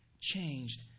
changed